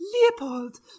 Leopold